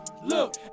Look